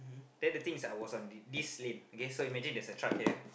then the thing is I was on the this lane okay so imagine there is a truck here